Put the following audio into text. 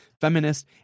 Feminist